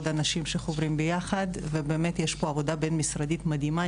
אנשים שחוברים ביחד ובאמת יש פה עבודה בין-משרדית מדהימה.